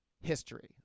history